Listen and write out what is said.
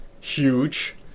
huge